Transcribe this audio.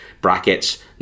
Brackets